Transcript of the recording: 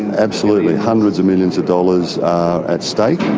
absolutely. hundreds of millions of dollars are at stake,